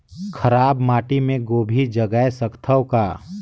खराब माटी मे गोभी जगाय सकथव का?